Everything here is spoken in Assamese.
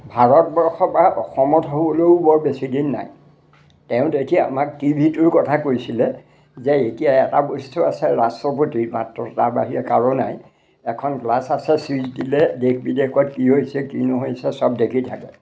ভাৰতবৰ্ষ বা অসমত হ'বলৈও বৰ বেছিদিন নাই তেওঁ তেতিয়া আমাক টিভিটোৰ কথা কৈছিলে যে এতিয়া এটা বস্তু আছে ৰাষ্ট্ৰপতি মাত্ৰ তাৰ বাহিৰে কাৰো নাই এখন গ্লাছ আছে ছুইচ দিলে দেশ বিদেশত কি হৈছে কি নহৈছে সব দেখি থাকে